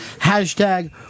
hashtag